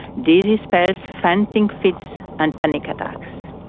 dizzy spells, fainting fits and panic attacks.